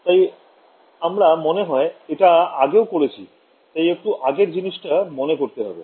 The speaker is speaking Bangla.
তাই আমরা মনে হয় এটা আগেও করেছি তাই একটু আগের জিনিসটা মনে করতে হবে